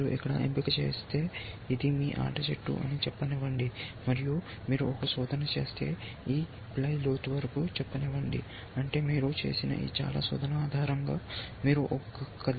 మీరు ఇక్కడ ఎంపిక చేస్తే ఇది మీ ఆట చెట్టు అని చెప్పనివ్వండి మరియు మీరు ఒక శోధన చేస్తే ఈ ప్లై లోతు వరకు చెప్పనివ్వండి అంటే మీరు చేసిన ఈ చాలా శోధన ఆధారంగా మీరు ఒక కదలికను చేస్తారు